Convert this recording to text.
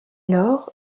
lors